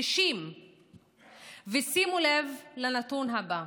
60. ושימו לב לנתון הבא: